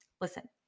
listen